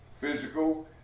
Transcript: physical